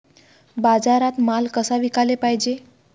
बाजारात माल कसा विकाले पायजे?